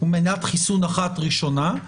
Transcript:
מנת חיסון אחת ראשונה.